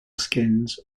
skins